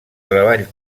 treball